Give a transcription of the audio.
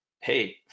hey